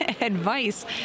advice